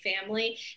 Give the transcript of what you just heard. family